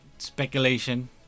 speculation